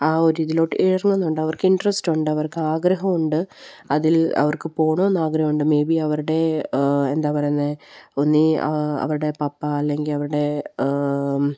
ആ ഒരു ഇതിലേക്ക് ഇറങ്ങുന്നുണ്ട് അവർക്ക് ഇൻട്രസ്റ്റുണ്ട് അവർക്ക് ആഗ്രഹമുണ്ട് അതിൽ അവർക്ക് പോകണമെന്ന് ആഗ്രഹമുണ്ട് മേ ബി അവരുടെ എന്താണ് പറയുന്നത് ഒന്നുകില് അവരുടെ പപ്പ അല്ലെങ്കില് അവരുടെ